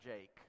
Jake